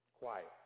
Quiet